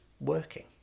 working